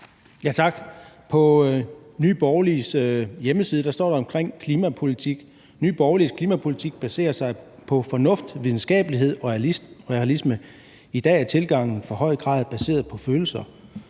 Tak. På Nye Borgerliges hjemmeside står der om klimapolitik: »Nye Borgerliges klimapolitik baserer sig på fornuft, videnskabelighed og realisme ... I dag er tilgangen i for høj grad baseret på følelser.«